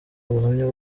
ubuhamya